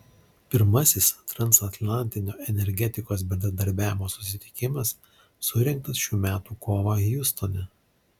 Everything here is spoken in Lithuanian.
pirmasis transatlantinio energetikos bendradarbiavimo susitikimas surengtas šių metų kovą hjustone